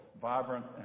vibrant